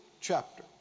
chapter